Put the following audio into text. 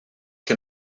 que